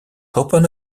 opened